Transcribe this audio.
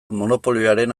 monopolioaren